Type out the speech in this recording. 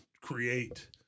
create